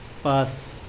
পাঁচ